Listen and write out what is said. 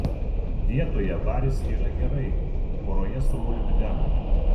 dietoje varis yra gerai poroje su molibdenu